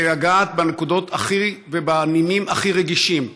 זה לגעת בנקודות ובנימים הכי רגישים.